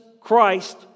Christ